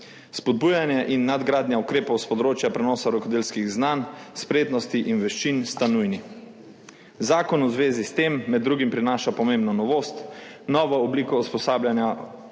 Spodbujanje in nadgradnja ukrepov s področja prenosa rokodelskih znanj, spretnosti in veščin sta nujna. Zakon v zvezi s tem med drugim prinaša pomembno novost, novo obliko usposabljanja v obliki